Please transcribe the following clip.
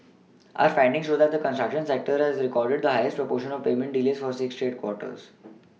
our findings show that the construction sector has recorded the highest proportion of payment delays for six straight quarters